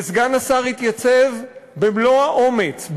וסגן השר התייצב במלוא האומץ,